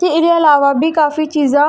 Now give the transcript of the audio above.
ते एह्दे अलावा बी काफी चीजां